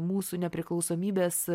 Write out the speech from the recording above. mūsų nepriklausomybės